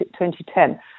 2010